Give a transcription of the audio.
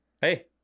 Hey